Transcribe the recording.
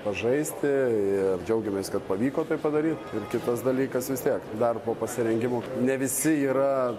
pažaisti ir džiaugiamės pavyko tai padary ir kitas dalykas vis tiek dar po pasirengimo ne visi yra